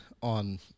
On